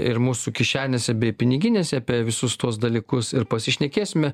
ir mūsų kišenėse bei piniginėse visus tuos dalykus ir pasišnekėsime